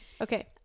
okay